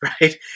right